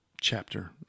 chapter